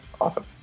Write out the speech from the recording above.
awesome